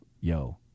yo